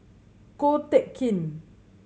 Ko Teck Kin